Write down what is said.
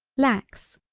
lax,